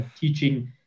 teaching